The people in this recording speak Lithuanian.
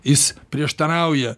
jis prieštarauja